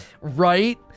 Right